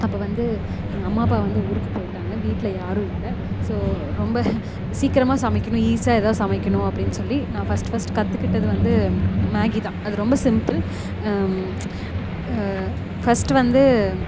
அப்போ வந்து எங்கள் அம்மா அப்பா வந்து ஊருக்கு போய்விட்டாங்க வீட்டில் யாரும் இல்லை ஸோ ரொம்ப சீக்கிரமா சமைக்கணும் ஈஸியாக எதாவது சமைக்கணும் அப்படின் சொல்லி நான் ஃபஸ்ட் ஃபஸ்ட் கற்றுக்கிட்டது வந்து மேகி தான் அது ரொம்ப சிம்பிள் ஃபஸ்ட்டு வந்து